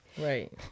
right